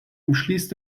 umschließt